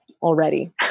already